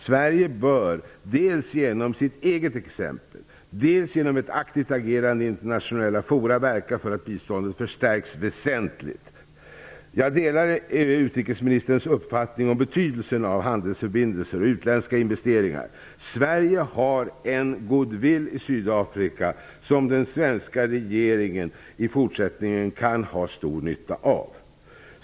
Sverige bör dels genom sitt eget exempel, dels genom ett aktivt agerande i internationella fora, verka för att biståndet förstärks väsentligt. Jag delar utrikesminsterns uppfattning om betydelsen av handelsförbindelser och utländska investeringar. Sverige har en goodwill i Sydafrika som den svenska regeringen i fortsättningen kan ha stor nytta av.